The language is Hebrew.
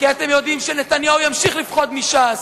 כי אתם יודעים שנתניהו ימשיך לפחד מש"ס,